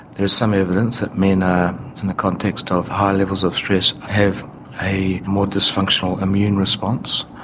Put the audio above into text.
there is some evidence that men, ah in the context of high levels of stress, have a more dysfunctional immune response.